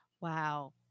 Wow